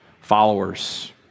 followers